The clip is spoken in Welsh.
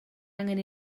angen